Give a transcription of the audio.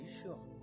sure